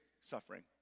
suffering